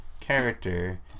character